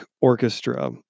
Orchestra